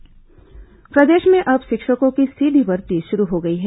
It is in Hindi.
शिक्षक भर्ती प्रदेश में अब शिक्षकों की सीधी भर्ती शुरू हो गई है